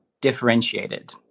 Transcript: differentiated